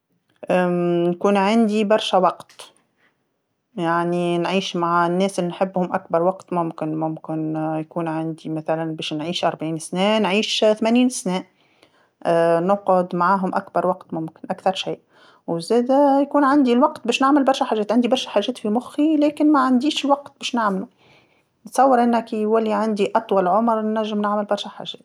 يكون عندي برشا وقت، يعني نعيش مع الناس اللي نحبهم أكبر وقت ممكن، ممكن يكون عندي مثلا باش نعيش أربعين سنة نعيش ثمانين سنه، نقعد معاهم أكبر وقت ممكن، أكثر شي، وزاده يكون عندي الوقت باش نعمل برشا حاجات، عندي برشا حاجات في مخي لكن ما عنديش وقت باش نعملهم، نتصور أن كي يولي عندي أطول عمر نجم نعمل برشا حاجات.